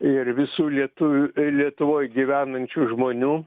ir visų lietuvių ir lietuvoj gyvenančių žmonių